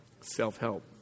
Self-help